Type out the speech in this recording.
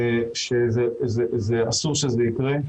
שזה אסור שזה יקרה.